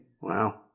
Wow